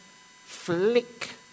flick